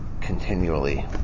continually